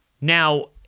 Now